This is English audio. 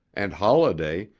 and holladay,